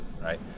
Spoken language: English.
right